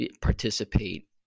participate